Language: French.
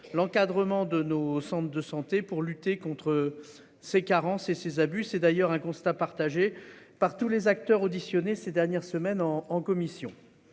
l'encadrement de nos centres de santé pour lutter contre ces carences et ses abus, c'est d'ailleurs un constat partagé par tous les acteurs auditionnés ces dernières semaines en en commission